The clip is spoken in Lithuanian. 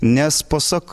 nes pasak